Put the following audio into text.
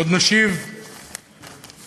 עוד נשיב עטרה ליושנה.